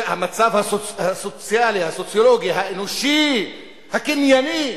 המצב הסוציאלי, הסוציולוגי, האנושי, הקנייני.